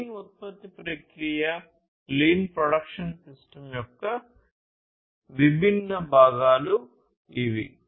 lean ఉత్పత్తి ప్రక్రియ lean production system యొక్క విభిన్న భాగాలు ఇవి